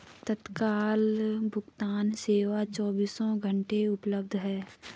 तत्काल भुगतान सेवा चोबीसों घंटे उपलब्ध है